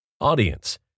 Audience